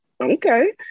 okay